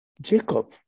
Jacob